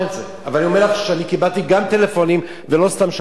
אני אומר לך שאני קיבלתי גם טלפונים ולא סתם שלחו לי את זה.